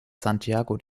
santiago